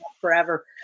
forever